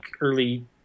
early